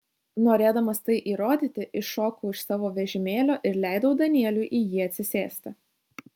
norėdamas tai įrodyti iššokau iš savo vežimėlio ir leidau danieliui į jį atsisėsti